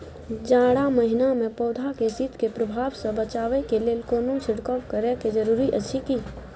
जारा महिना मे पौधा के शीत के प्रभाव सॅ बचाबय के लेल कोनो छिरकाव करय के जरूरी अछि की?